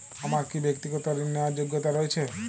আমার কী ব্যাক্তিগত ঋণ নেওয়ার যোগ্যতা রয়েছে?